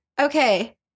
Okay